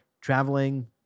traveling